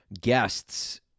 guests